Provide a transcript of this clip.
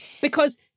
because-